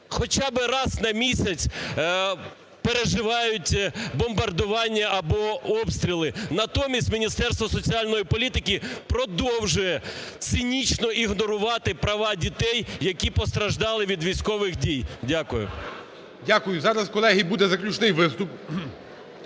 хоча би раз на місяць переживають бомбардування або обстріли. Натомість Міністерство соціальної політики продовжує цинічно ігнорувати права дітей, які постраждали від військових дій. Дякую. ГОЛОВУЮЧИЙ. Дякую. Зараз, колеги, буде заключний виступ.